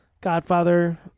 Godfather